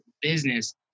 business